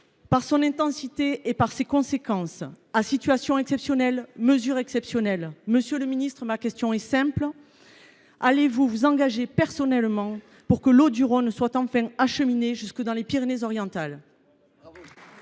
par son intensité et par ses conséquences. À situation exceptionnelle, mesures exceptionnelles. Monsieur le ministre, ma question est simple : allez vous vous engager personnellement pour que l’eau du Rhône soit enfin acheminée jusque dans les Pyrénées Orientales ?